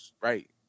right